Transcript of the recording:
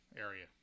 area